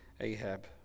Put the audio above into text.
Ahab